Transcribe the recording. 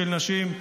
של נשים,